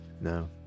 No